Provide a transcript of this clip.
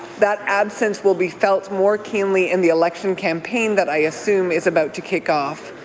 that absence will be felt more keenly in the election campaign that i assume is about to kick off,